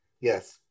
yes